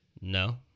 No